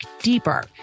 deeper